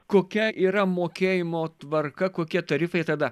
kokia yra mokėjimo tvarka kokie tarifai tada